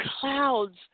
clouds